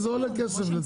אבל זה עולה כסף.